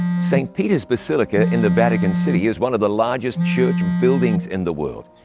st. peter's basilica in the vatican city is one of the largest church buildings in the world.